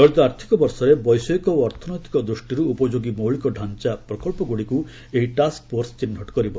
ଚଳିତ ଆର୍ଥକ ବର୍ଷରେ ବୈଷୟିକ ଓ ଅର୍ଥନୈତିକ ଦୃଷ୍ଟିରୁ ଉପଯୋଗୀ ମୌଳିକତାଞ୍ଚା ପ୍ରକବ୍ଧଗୁଡ଼ିକୁ ଏହି ଟାସ୍କ ଫୋର୍ସ ଚିହ୍ରଟ କରିବ